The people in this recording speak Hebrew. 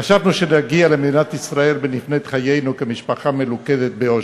חשבנו שנגיע למדינת ישראל ונבנה את חיינו כמשפחה מלוכדת באושר.